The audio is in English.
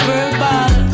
Verbal